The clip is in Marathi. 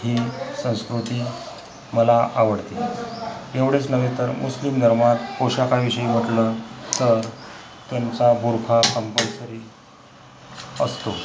ही संस्कृती मला आवडते एवढेच नव्हे तर मुस्लिम धर्मात पोशाखाविषयी म्हटलं तर त्यांचा बुरखा कम्पलसरी असतो